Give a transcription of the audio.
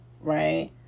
right